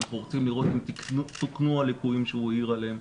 אנחנו רוצים לראות אם תוקנו הליקויים שהוא העיר עליהם.